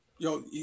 Yo